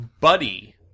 Buddy